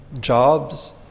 jobs